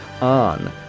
on